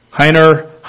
Heiner